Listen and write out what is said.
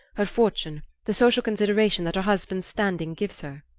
her fortune, the social consideration that her husband's standing gives her.